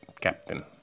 captain